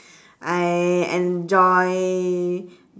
I enjoy